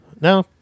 No